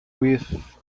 with